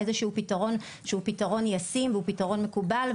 איזה שהוא פתרון שהוא פתרון ישים והוא פתרון מקובל,